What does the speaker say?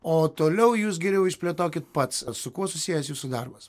o toliau jūs geriau išplėtokit pats su kuo susijęs jūsų darbas